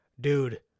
Dude